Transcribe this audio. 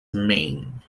maine